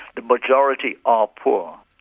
the majority are poor.